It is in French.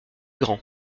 grand